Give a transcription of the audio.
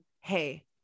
hey